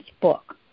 book